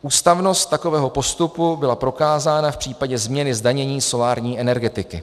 Ústavnost takového postupu byla prokázána v případě změny zdanění solární energetiky.